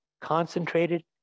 concentrated